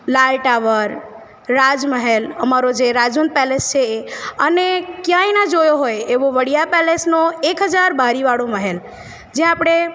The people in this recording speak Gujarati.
લાલ ટાવર રાજ મહેલ અમારો જે રાજન પેલેસ છે એ અને ક્યાંય ન જોયો હોય એવો વડીયા પેલેસનો એક હજાર બારીવાળો મહેલ જે આપણે